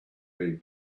been